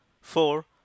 four